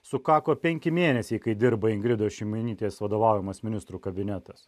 sukako penki mėnesiai kai dirba ingridos šimonytės vadovaujamas ministrų kabinetas